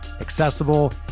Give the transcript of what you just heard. accessible